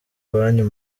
iwanyu